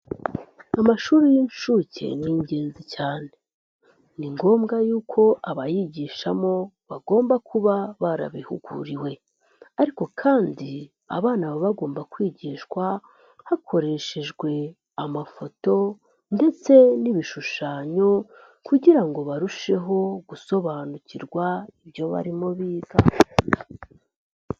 Amashuri y'incuke ni ingenzi cyane. Ni ngombwa yuko abayigishamo bagomba kuba barabihuguriwe. Ariko kandi abana baba bagomba kwigishwa hakoreshejwe amafoto ndetse n'ibishushanyo kugira ngo barusheho gusobanukirwa ibyo barimo biga.